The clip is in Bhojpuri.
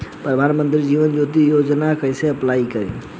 प्रधानमंत्री जीवन ज्योति बीमा योजना कैसे अप्लाई करेम?